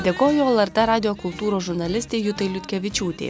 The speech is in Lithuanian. dėkoju lrt radijo kultūros žurnalistei jutai liutkevičiūtei